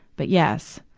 but, yes,